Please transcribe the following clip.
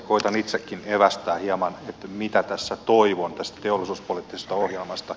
koetan itsekin evästää hieman että mitä tässä toivon tästä teollisuuspoliittisesta ohjelmasta